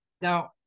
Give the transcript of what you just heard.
Now